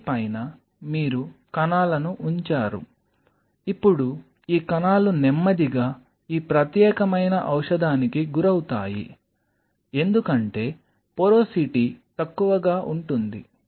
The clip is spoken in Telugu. దీని పైన మీరు కణాలను ఉంచారు ఇప్పుడు ఈ కణాలు నెమ్మదిగా ఈ ప్రత్యేకమైన ఔషధానికి గురవుతాయి ఎందుకంటే పోరోసిటీ తక్కువగా ఉంటుంది